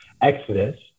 exodus